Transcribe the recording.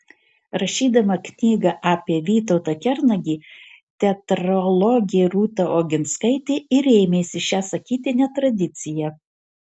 rašydama knygą apie vytautą kernagį teatrologė rūta oginskaitė ir rėmėsi šia sakytine tradicija